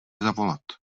zavolat